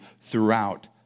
throughout